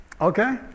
Okay